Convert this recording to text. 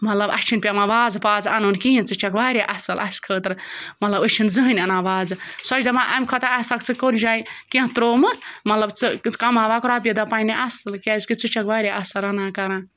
مطلب اَسہِ چھِنہٕ پٮ۪وان وازٕ پازٕ اَنُن کِہیٖنۍ ژٕ چھَکھ واریاہ اَصٕل اَسہِ خٲطرٕ مطلب أسۍ چھِنہٕ زٔہٕنۍ اَنان وازٕ سۄ چھِ دَپان اَمہِ کھۄتہٕ ہَے آسہٕ ہکھ ژٕ کُنہِ جایہِ کینٛہہ ترٛوومُت مطلب ژٕ کَماوہَکھ رۄپیہِ دَہ پنٛنہِ اَصٕل کیٛازِکہِ ژٕ چھَکھ واریاہ اَصٕل رَنان کَران